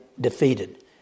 defeated